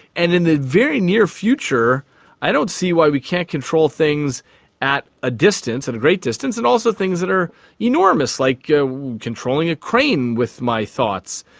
and in the very near future i don't see why we can't control things at a distance, at a great distance, and also things that are enormous, like yeah controlling a crane with my thoughts.